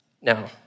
Now